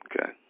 okay